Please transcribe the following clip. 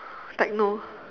techno